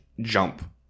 jump